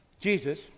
Jesus